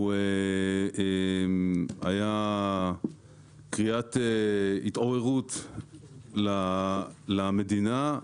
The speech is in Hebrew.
היה קריאת התעוררות למדינה,